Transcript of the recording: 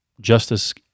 justice